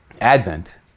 Advent